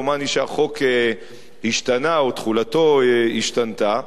דומני שהחוק השתנה או תחולתו השתנתה.